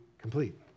complete